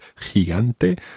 gigante